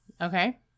Okay